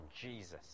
Jesus